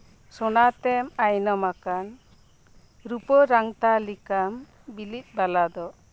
ᱥᱚᱱᱟ ᱛᱮᱢ ᱟᱭᱱᱚᱢ ᱟᱠᱟᱱ ᱨᱩᱯᱟᱹ ᱨᱟᱝᱛᱟᱞᱤᱠᱟᱢ ᱵᱤᱞᱤᱫ ᱵᱟᱞᱟᱫᱚᱜ